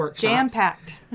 Jam-packed